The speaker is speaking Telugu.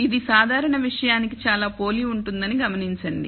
ఇది సాధారణ విషయానికి చాలా పోలి ఉంటుందని గమనించండి